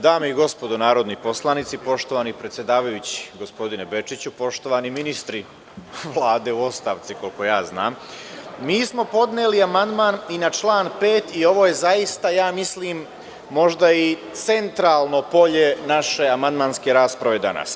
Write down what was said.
Dame i gospodo narodni poslanici, poštovani predsedavajući gospodine Bečiću, poštovani ministri Vlade u ostavci, koliko ja znam, mi smo podneli amandman i na član 5. i ovo je zaista možda i centralno polje naše amandmanske rasprave danas.